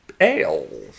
ale